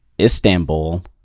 Istanbul